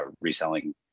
reselling